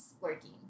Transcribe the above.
working